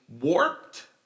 warped